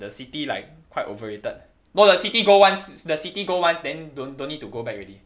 the city like quite overrated no the city go once the city go once then don't don't need to go back already